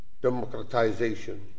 democratization